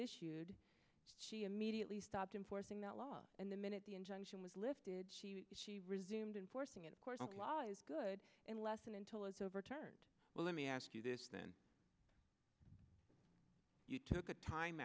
issued she immediately stopped him forcing that law and the minute the injunction was lifted she resumed enforcing it of course the law is good and lessen until it's overturned well let me ask you this then you took a time